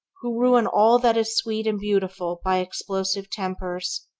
who ruin all that is sweet and beautiful by explosive tempers,